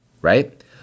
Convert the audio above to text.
Right